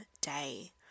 day